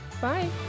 Bye